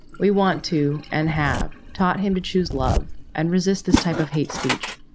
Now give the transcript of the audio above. we want to and have taught him to choose, love and resist this type of hate speech.